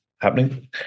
happening